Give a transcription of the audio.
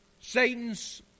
Satan's